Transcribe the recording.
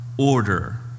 Order